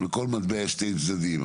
לכל מטבע יש שני צדדים.